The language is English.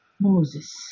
Moses